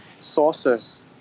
sources